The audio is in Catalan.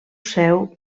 seu